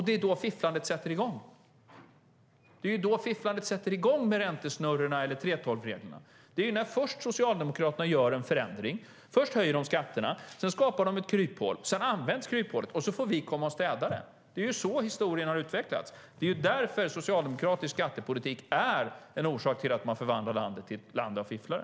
Det är då fifflandet sätter i gång med räntesnurrorna eller 3:12-reglerna. Först gör Socialdemokraterna en förändring. Först höjer de skatterna. Sedan skapar de ett kryphål. Sedan används kryphålet. Och så får vi komma och städa. Det är så historien har utvecklats. Det är därför socialdemokratisk skattepolitik är en orsak till att landet förvandlas till ett land av fifflare.